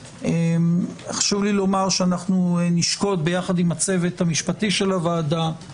חשוב לי לומר שנשקוד עם הצוות המשפטי של הוועדה,